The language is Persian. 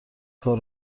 کار